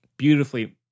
beautifully